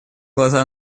глаза